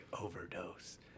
overdose